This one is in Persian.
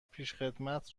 پیشخدمت